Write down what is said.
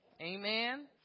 amen